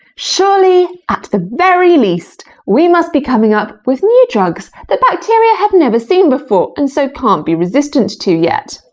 surely at the very least we must be coming up with new drugs that bacteria have never seen before and so can't be resistant to yet?